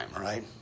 right